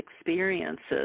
experiences